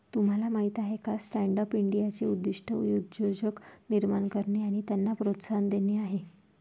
तुम्हाला माहीत आहे का स्टँडअप इंडियाचे उद्दिष्ट उद्योजक निर्माण करणे आणि त्यांना प्रोत्साहन देणे आहे